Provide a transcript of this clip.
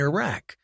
Iraq